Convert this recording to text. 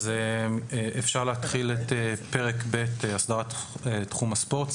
אפשר להתחיל את פרק ב' הסדרת תחום הספורט.